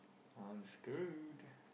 I'm screwed